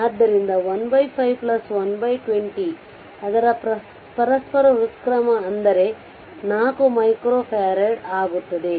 ಆದ್ದರಿಂದ 15 120 ಅದರ ಪರಸ್ಪರ ವ್ಯತ್ಕ್ರಮ ಅಂದರೆ 4 ಮೈಕ್ರೊ ಫರಾಡ್ ಆಗುತ್ತದೆ